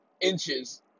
inches